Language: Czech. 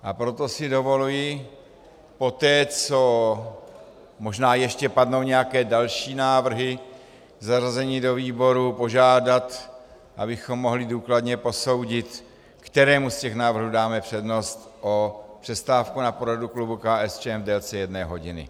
A proto si dovoluji poté, co možná ještě padnou nějaké další návrhy k zařazení do výboru, požádat, abychom mohli důkladně posoudit, kterému z těch návrhů dáme přednost, o přestávku na poradu klubu KSČM v délce jedné hodiny.